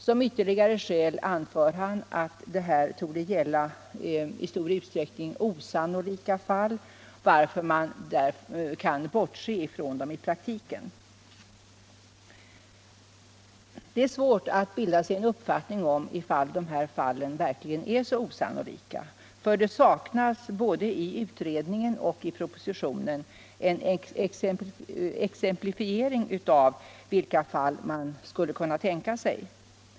Som ytterligare skäl anför han att det här torde gälla i stor utsträckning osannolika fall, varför man kan bortse från dem i praktiken. Det är svårt att bilda sig en uppfattning om huruvida dessa fall verkligen är så osannolika, för det saknas både i utredningen och i propositionen en exemplifiering av vilka fall man skulle kunna tänka sig.